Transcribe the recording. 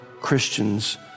Christians